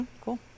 cool